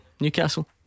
Newcastle